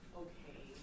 okay